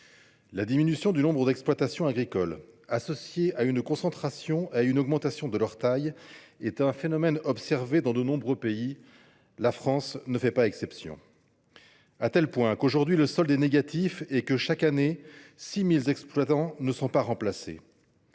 La diminution du nombre d’exploitations agricoles, associée à leur concentration et à l’augmentation de leur taille, est un phénomène observé dans de nombreux pays ; la France ne fait pas exception. Aujourd’hui, le solde est négatif et, chaque année, 6 000 exploitants ne sont pas remplacés.